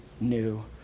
new